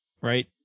right